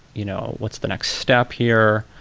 you know what's the next step here?